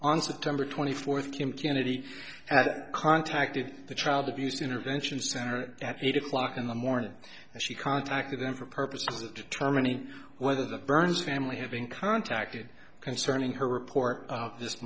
on september twenty fourth kim kennedy contacted the child abuse intervention center at eight o'clock in the morning and she contacted them for purposes of determining whether the burns family had been contacted concerning her report